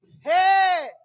Hey